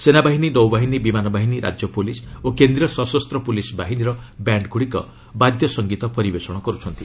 ସେନାବାହିନୀ ନୌବାହିନୀ ବିମାନ ବାହିନୀ ରାଜ୍ୟ ପ୍ରଲିସ୍ ଓ କେନ୍ଦୀୟ ସଶସ୍ତ ପୁଲିସ୍ ବାହିନୀର ବ୍ୟାଣ୍ଣ୍ଗୁଡ଼ିକ ବାଦ୍ୟ ସଂଗୀତ ପରିବେଶଣ କର୍ଚ୍ଚନ୍ତି